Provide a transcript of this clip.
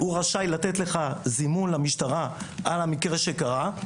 רשאי לתת לך זימון למשטרה על המקרה שקרה,